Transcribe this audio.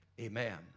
Amen